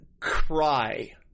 cry